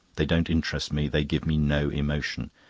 they don't interest me, they give me no emotion.